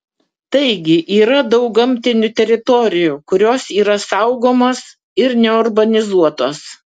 taigi yra daug gamtinių teritorijų kurios yra saugomos ir neurbanizuotos